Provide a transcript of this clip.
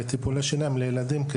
בטיפולי שיניים של ילדים,